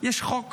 יש חוק